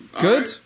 good